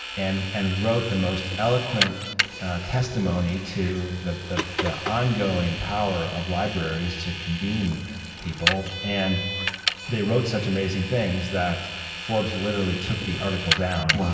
and and wrote the most eloquent testimony to the the ongoing power of libraries to convene people. and they wrote such amazing things that forbes literally took the article down, wow,